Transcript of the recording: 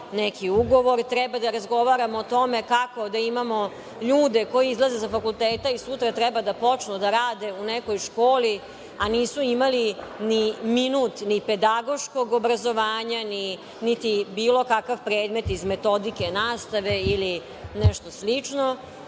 neki ugovor. Treba da razgovaramo o tome kako da imamo ljude koji izlaze sa fakulteta i sutra treba da počnu da rade u nekoj školi, a nisu imali ni minut ni pedagoškog obrazovanja niti bilo kakav predmet iz metodike nastave ili nešto slično.